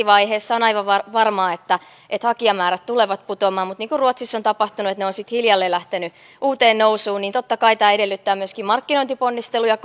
vaiheessa on aivan varmaa että että hakijamäärät tulevat putoamaan mutta niin kuin ruotsissa on tapahtunut että ne ovat sitten hiljalleen lähteneet uuteen nousuun niin totta kai tämä edellyttää korkeakouluilta myöskin markkinointiponnisteluja